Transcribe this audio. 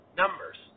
numbers